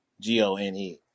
G-O-N-E